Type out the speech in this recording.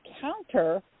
counter